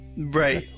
Right